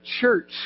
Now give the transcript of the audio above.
church